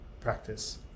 practice